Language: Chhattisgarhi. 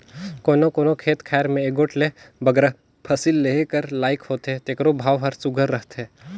कोनो कोनो खेत खाएर में एगोट ले बगरा फसिल लेहे कर लाइक होथे तेकरो भाव हर सुग्घर रहथे